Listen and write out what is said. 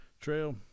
Trail